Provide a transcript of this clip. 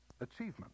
achievement